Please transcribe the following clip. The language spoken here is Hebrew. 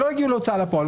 זה לא הגיע להוצאה לפעול,